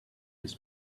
his